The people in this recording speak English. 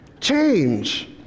Change